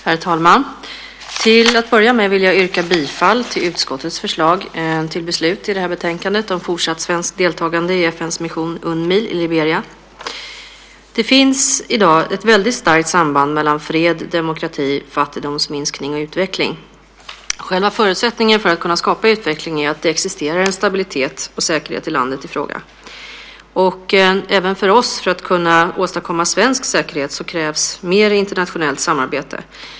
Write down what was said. Herr talman! Till att börja med vill jag yrka bifall till utskottets förslag till beslut i detta betänkande om fortsatt svenskt deltagande i FN:s mission Unmil i Liberia. Det finns i dag ett väldigt starkt samband mellan fred, demokrati, fattigdomsminskning och utveckling. Själva förutsättningen för att kunna skapa utveckling är att det existerar en stabilitet och säkerhet i landet i fråga. Även för oss, för att kunna åstadkomma svensk säkerhet, krävs mer internationellt samarbete.